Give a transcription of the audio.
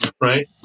right